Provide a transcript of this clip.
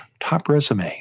topresume